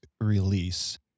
release